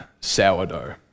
sourdough